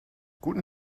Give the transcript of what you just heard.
guten